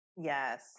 Yes